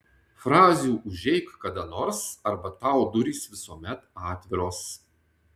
frazių užeik kada nors arba tau durys visuomet atviros